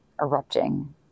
erupting